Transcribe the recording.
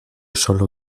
solo